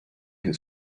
his